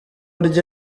rye